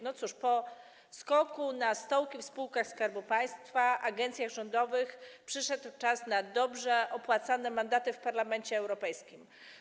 No cóż, po skoku na stołki w spółkach Skarbu Państwa, agencjach rządowych przyszedł czas na dobrze opłacane mandaty w Parlamencie Europejskim.